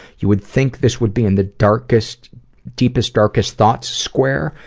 you would think this would be in the darkest deepest, darkest thoughts square,